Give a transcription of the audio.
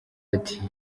ati